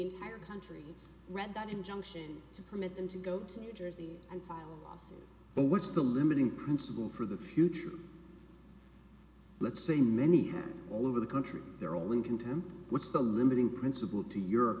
entire country read that injunction to permit them to go to new jersey and file a lawsuit but what's the limiting principle for the future let's say many all over the country they're all linking to what's the limiting principle to